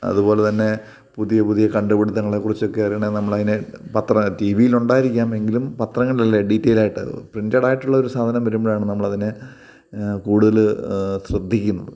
അതുപോലെ തന്നെ പുതിയ പുതിയ കണ്ട് പിടുത്തങ്ങളെ കുറിച്ചൊക്കെ അറിയണെ നമ്മൾ അതിന് പത്രം ടി വി ഉണ്ടായിരിക്കാം എങ്കിലും പത്രങ്ങളിലല്ലേ ഡീറ്റൈൽ ആയിട്ട് പ്രിൻ്റഡ് ആയിട്ടുള്ള ഒരു സാധനം വരുമ്പോഴാണ് നമ്മൾ അതിനെ കൂടുതൽ ശ്രദ്ധിക്കുന്നത്